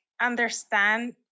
understand